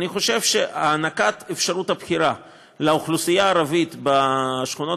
אני חושב שהענקת אפשרות הבחירה לאוכלוסייה הערבית בשכונות